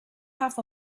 half